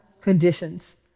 conditions